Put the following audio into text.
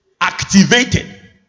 activated